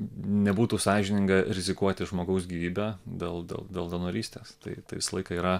nebūtų sąžininga rizikuoti žmogaus gyvybe dėl dėl dėl donorystės tai visą laiką yra